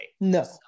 No